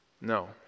No